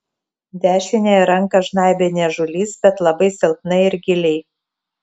dešiniąją ranką žnaibė niežulys bet labai silpnai ir giliai